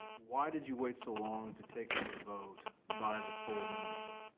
why did you wait so long to take it to a vote by the full membership?